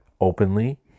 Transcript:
openly